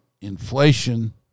inflation